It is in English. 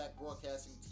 Broadcasting